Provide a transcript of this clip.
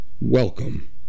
welcome